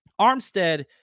Armstead